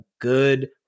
good